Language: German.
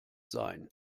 sein